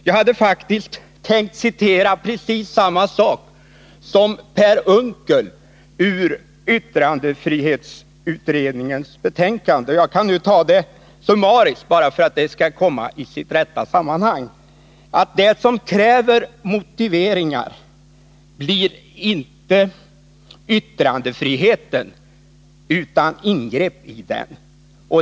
Jag hade faktiskt tänkt citera precis samma passus som Per Unckel anförde ur yttrandefrihetsutredningens betänkande, men jag kan nu nöja mig med att, bara för att den skall komma in i sitt rätta sammanhang, summariskt återge dess innehåll. Där framhålls bl.a. följande: Det som kräver motiveringar blir inte yttrandefriheten utan ingrepp den.